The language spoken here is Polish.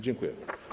Dziękuję.